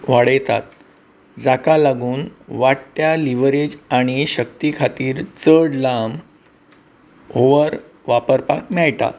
वाडयतात जाका लागून वाडट्या लीव्हरेज आनी शक्ती खातीर चड लांब ओअर वापरपाक मेळटा